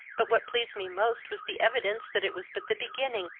but what pleased me most was the evidence that it was but the beginning,